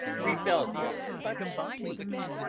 rebellious but weak,